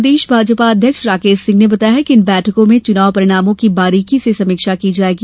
प्रदेश भाजपा अध्यक्ष राकेश सिंह ने बताया कि इन बैठकों में चुनाव परिणामों की बारीकी से समीक्षा की जायेगी